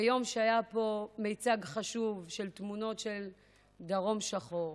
ביום שהיה פה מיצג חשוב של תמונות של דרום שחור,